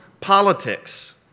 politics